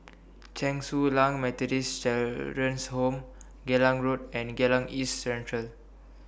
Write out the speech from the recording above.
Chen Su Lan Methodist Children's Home Geylang Road and Geylang East Central